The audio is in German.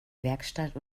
werkstatt